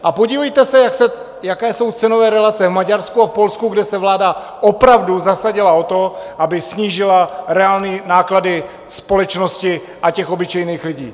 A podívejte se, jaké jsou cenové relace v Maďarsku a v Polsku, kde se vláda opravdu zasadila o to, aby snížila reálné náklady společnosti a obyčejných lidí.